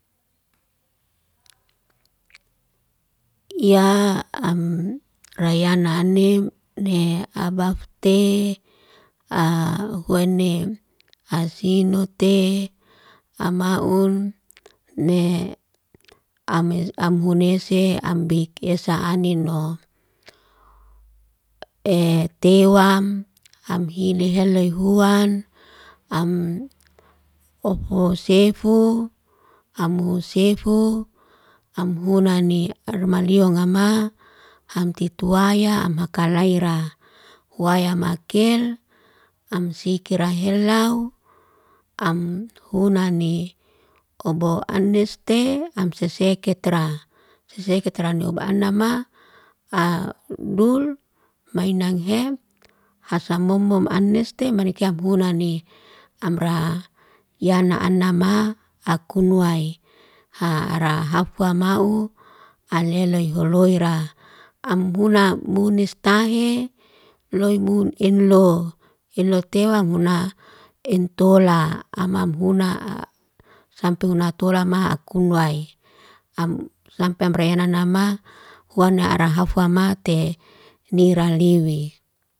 Yaa am rayana anim, ne abafte aa huainem. Asinote ammaun ne am amhunese ambikesa anin'no. Etewam amhili heloy huan, am oh wosefu, amusefu, amhunani armaliongoma, hangtituaya amhakalay ra. Waya makel, amsikira helau, amhunani kobo aneste, amseseketra. Seseketran anuma, aadul, mahinang hem. Hasam bombom aneste, manikya bunani. Amra yana anamma akuway, ha ara hakuamau aleloy huloyra. Am bunan munestahi, loy bun enlo. Heloy tewa buna, entola amam hun. Sampe huna tola ma akunway. Am sampe amrenananma wana harahafwamate nira liwi.